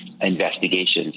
investigations